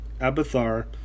Abathar